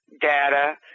data